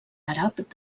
àrab